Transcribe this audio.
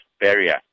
Barrier